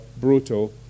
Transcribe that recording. brutal